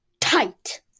tight